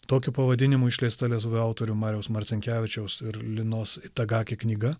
tokiu pavadinimu išleista lietuvių autorių mariaus marcinkevičiaus ir linos itagaki knyga